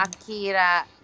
akira